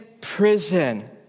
prison